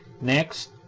Next